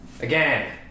Again